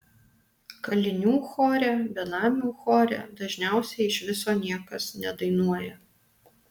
kalinių chore benamių chore dažniausiai iš viso niekas nedainuoja